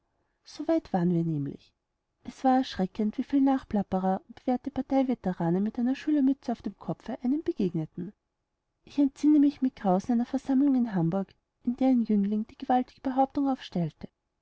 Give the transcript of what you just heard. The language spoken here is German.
so weit waren wir nämlich es war erschreckend wieviel nachplapperer und bewährte parteiveteranen mit der schülermütze auf dem kopf einem begegneten ich entsinne mich mit grausen einer versammlung in hamburg in der ein jüngling die gewaltige behauptung aufstellte